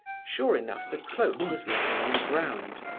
sure enough the cloak was lying on the ground.